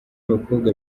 abakobwa